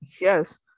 Yes